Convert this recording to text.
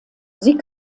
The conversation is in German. sie